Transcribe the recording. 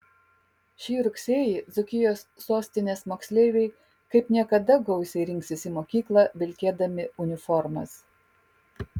šį rugsėjį dzūkijos sostinės moksleiviai kaip niekada gausiai rinksis į mokyklą vilkėdami uniformas